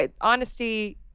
honesty